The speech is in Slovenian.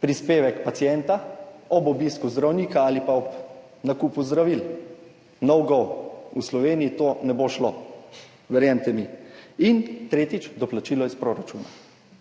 prispevek pacienta ob obisku zdravnika ali pa ob nakupu zdravil – no go, v Sloveniji to ne bo šlo, verjemite mi. In tretjič: doplačilo iz proračuna.